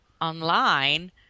online